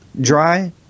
dry